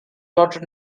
daughter